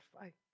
fight